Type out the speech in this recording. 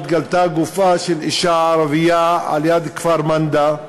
התגלתה גופה של אישה ערבייה ליד כפר-מנדא,